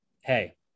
hey